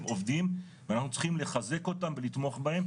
עובדים ואנחנו צריכים לחזק אותם ולתמוך בזה,